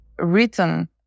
written